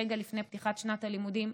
רגע לפני פתיחת שנת הלימודים,